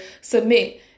submit